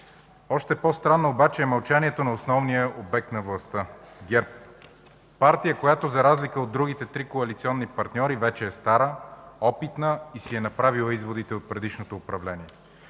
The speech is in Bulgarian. Още по-странно е обаче мълчанието на основния обект на властта – ГЕРБ. Партия, която за разлика от другите три коалиционни партньори вече е стара, опитна и си е направила изводите от предишното управление.